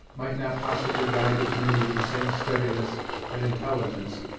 might not possibly guide the canoe with the same steadiness and intelligence,